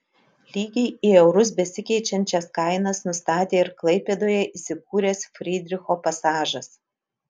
lygiai į eurus besikeičiančias kainas nustatė ir klaipėdoje įsikūręs frydricho pasažas